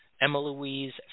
Emma-Louise